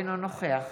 אינו נוכח